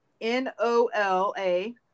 N-O-L-A